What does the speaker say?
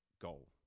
GOAL